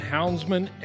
Houndsman